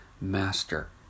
Master